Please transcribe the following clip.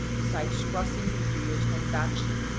besides crossing the furious hondachi.